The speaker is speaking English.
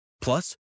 Plus